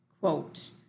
quote